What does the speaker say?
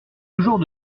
toujours